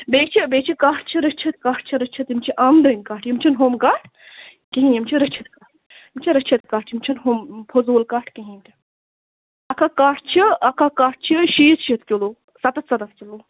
بیٚیہِ چھِ بیٚیہِ چھِ کَٹھ چھِ رٔچھِتھ کَٹھ چھِ رٔچھِتھ یِم چھِ آمہٕ دٲنۍ کَٹھ یِم چھِنہٕ ہُم کَٹھ کِہیٖنۍ یِم چھِ رٔچھِتھ یِم چھِ رٔچھِتھ کَٹھ یِم چھِنہٕ ہُم فضوٗل کَٹھ کِہیٖنۍ تہِ اَکھ اَکھ کَٹھ چھِ اَکھ اَکھ کَٹھ چھِ شیٖتھ شیٖتھ کِلوٗ سَتَتھ سَتَتھ کلوٗ